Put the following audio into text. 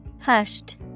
Hushed